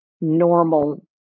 normal